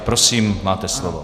Prosím, máte slovo.